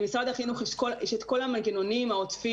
למשרד החינוך יש את כל המנגנונים העוטפים